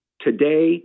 today